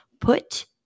Put